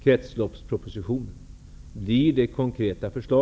Kretsloppspropositionen är slagnumret under hösten.